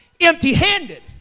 empty-handed